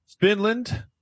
Finland